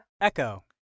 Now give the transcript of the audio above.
Echo